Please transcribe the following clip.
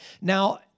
Now